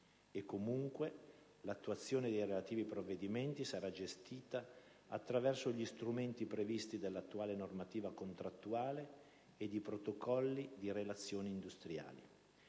e, comunque, l'attuazione dei relativi provvedimenti sarà gestita attraverso gli strumenti previsti dall'attuale normativa contrattuale e i protocolli di relazioni industriali.